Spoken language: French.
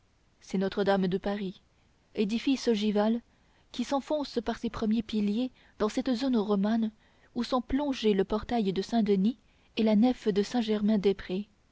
c'est notre-dame de paris édifice ogival qui s'enfonce par ses premiers piliers dans cette zone romane où sont plongés le portail de saint-denis et la nef de saint-germain-des-prés